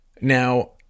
Now